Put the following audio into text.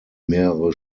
mehrere